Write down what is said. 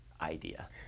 idea